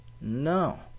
No